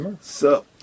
Sup